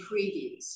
previews